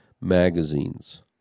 magazines